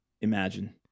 Imagine